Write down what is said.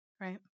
right